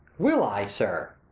will i, sir!